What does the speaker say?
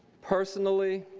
personally,